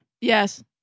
Yes